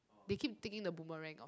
they keep taking the boomerang of